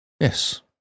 Yes